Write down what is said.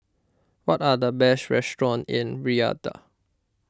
what are the best restaurants in Riyadh